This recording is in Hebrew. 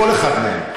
בכל אחת מהן.